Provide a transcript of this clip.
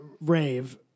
Rave